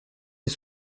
les